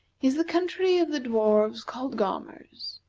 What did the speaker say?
is the country of the dwarfs called gaumers.